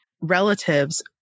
relatives